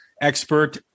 expert